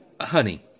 Honey